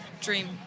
dream